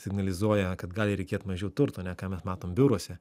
signalizuoja kad gali reikėt mažiau turto ne ką mes matom biuruose